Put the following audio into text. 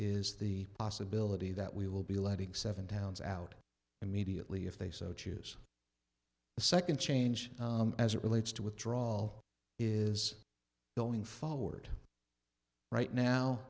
is the possibility that we will be letting seven towns out immediately if they so choose the second change as it relates to withdraw is going forward right now